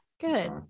Good